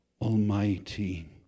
Almighty